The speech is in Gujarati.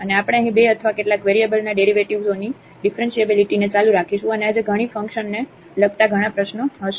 અને આપણે અહીં બે અથવા કેટલાક વેરિયેબલના ડેરિવેટિવ્સોની ઙીફરન્શીએબીલીટીને ચાલુ રાખીશું અને આજે ઘણી ફંકશન ને લગતા ઘણા પ્રશ્નોઓ હશે